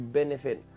benefit